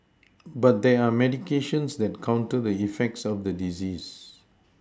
but there are medications that counter the effects of the disease